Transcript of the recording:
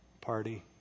party